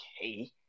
okay